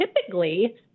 typically